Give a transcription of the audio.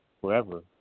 forever